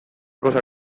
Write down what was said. cosa